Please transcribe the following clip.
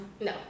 no